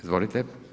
Izvolite.